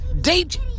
date